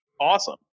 awesome